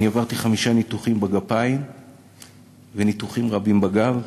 אני עברתי חמישה ניתוחים בגפיים וניתוחים רבים בגב.